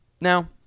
Now